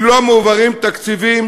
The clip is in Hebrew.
כי לא מועברים תקציבים,